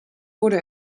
wurde